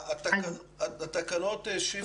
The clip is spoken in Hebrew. התקנות, שפרה,